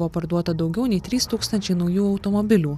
buvo parduota daugiau nei trys tūkstančiai naujų automobilių